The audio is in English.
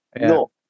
No